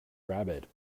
rabbit